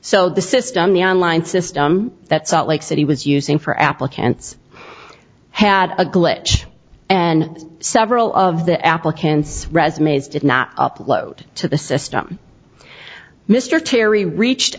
so the system the online system that salt lake city was using for applicants had a glitch and several of the applicants resume's did not upload to the system mr terry reached